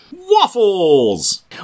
Waffles